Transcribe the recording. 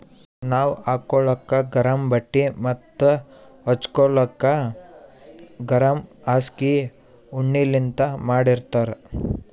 ನಾವ್ ಹಾಕೋಳಕ್ ಗರಮ್ ಬಟ್ಟಿ ಮತ್ತ್ ಹಚ್ಗೋಲಕ್ ಗರಮ್ ಹಾಸ್ಗಿ ಉಣ್ಣಿಲಿಂತ್ ಮಾಡಿರ್ತರ್